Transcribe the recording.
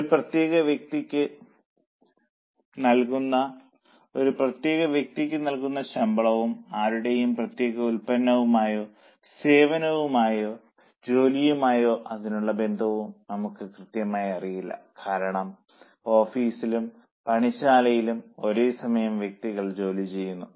ഒരു പ്രത്യേക വ്യക്തിക്ക് നൽകുന്ന ശമ്പളവും ആരുടെയെങ്കിലും പ്രത്യേക ഉൽപ്പന്നവുമായോ സേവന ജോലിയുമായോ അതിനുള്ള ബന്ധവും നമ്മൾക്ക് കൃത്യമായി അറിയില്ല കാരണം ഓഫീസിലും പണിശാലയിലും ഒരേസമയം വ്യത്യസ്ത ജോലികൾ ചെയ്യുന്നു